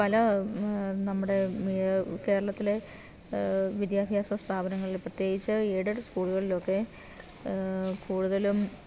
പല നമ്മുടെ കേരളത്തിലെ വിദ്യാഭ്യാസ സ്ഥാപനങ്ങളില് പ്രത്യേകിച്ച് എയ്ഡഡ് സ്കൂളുകളിലൊക്കെ കൂടുതലും